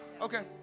Okay